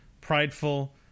prideful